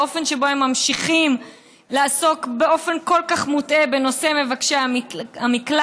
האופן שבו הם ממשיכים לעסוק באופן כל כך מוטעה בנושא של מבקשי המקלט,